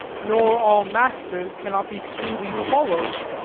nor all masters cannot be truly follow'd.